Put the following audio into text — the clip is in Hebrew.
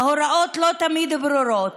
ההוראות לא תמיד ברורות.